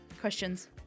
Questions